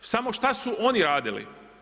Samo šta su oni radili?